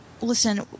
listen